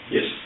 Yes